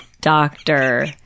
doctor